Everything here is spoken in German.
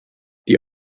die